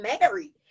married